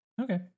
Okay